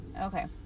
Okay